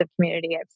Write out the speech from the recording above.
community